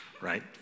right